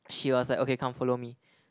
she was like okay come follow me